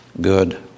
good